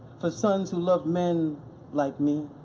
for sons who love men like me.